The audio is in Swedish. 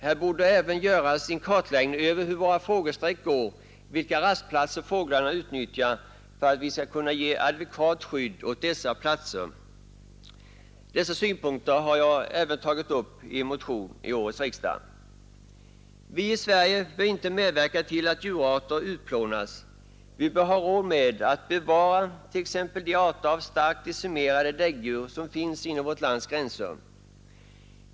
Här borde även göras en kartläggning över hur våra flyttfågel sträck går, vilka rastplatser fåglarna utnyttjar, för att vi skall kunna ge ett adekvat skydd åt dessa platser, osv. De synpunkterna har jag även tagit upp i en motion till årets riksdag. Vi i Sverige bör inte medverka till att djurarter utplånas. Vi bör ha råd med att bevara t.ex. de arter av starkt decimerade däggdjur som finns inom vårt lands gränser.